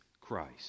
Christ